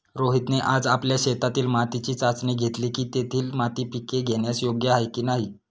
रोहितने आज आपल्या शेतातील मातीची चाचणी घेतली की, तेथील माती पिके घेण्यास योग्य आहे की नाही